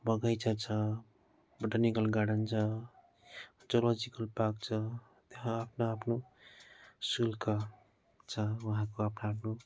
बगैँचा छ botanical garden छ जोलोजिकल पार्क छ त्यहाँ आफ्नो आफ्नो सुल्क छ वहाँको आफ्नो आफ्नो